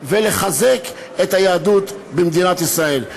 ולחזק את היהדות במדינת ישראל.